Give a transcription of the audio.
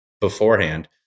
beforehand